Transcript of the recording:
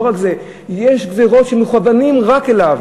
לא רק זה, יש גזירות שמכוונות רק אליו.